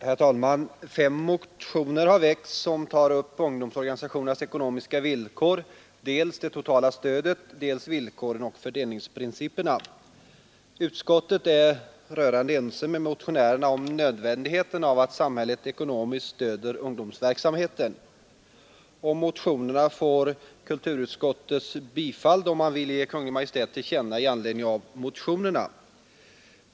Herr talman! Fem motioner har väckts, som tar upp ungdomsorganisationernas ekonomiska förhållanden. Motionerna gäller dels det totala stödet, dels villkoren och fördelningsprinciperna. Utskottet är rörande ense med motionärerna om nödvändigheten av att samhället ekonomiskt stöder ungdomsverksamheten, och motionerna får kulturutskottets bifall. Utskottet vill nämligen ge Kungl. Maj:t till känna vad utskottet anfört i anledning av motionerna.